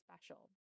special